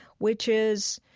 which is,